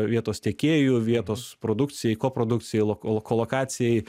vietos tiekėjų vietos produkcijai koprodukcijai lo lo kolokacijai